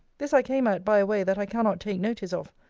this i came at by a way that i cannot take notice of,